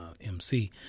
mc